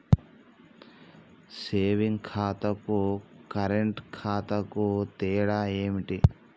Saving ఖాతాకు current ఖాతాకు తేడా ఏంటిది?